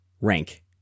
rank